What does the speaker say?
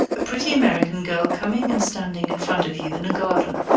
a pretty american girl coming and standing in front of you in a garden.